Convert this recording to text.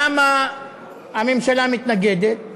למה הממשלה מתנגדת?